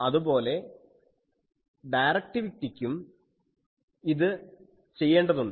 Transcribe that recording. അതുപോലെ ഡയക്റ്റിവിറ്റയ്ക്കും ഇത് ചെയ്യേണ്ടതുണ്ട്